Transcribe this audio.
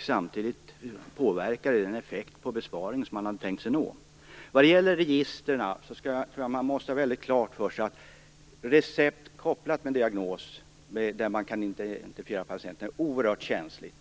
Samtidigt påverkades den effekt på besparingen som man hade tänkt sig att nå. Vad gäller registren tror jag att man måste ha väldigt klart för sig att recept kopplat till diagnos, dvs. att man kan identifiera patienten, är oerhört känsligt.